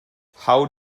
how